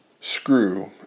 screw